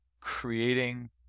creating